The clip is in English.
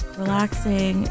relaxing